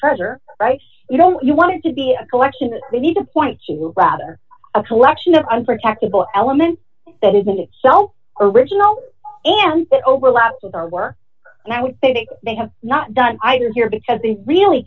treasure right you know you want to be a collection that we need to point to rather a collection of unprotected all elements that is in itself original and that overlaps with our work and i would say that they have not done either here because they really